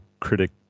critic